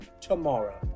tomorrow